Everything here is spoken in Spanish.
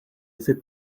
ese